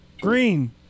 Green